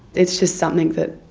it's just something that